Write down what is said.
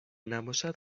نباشد